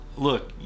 Look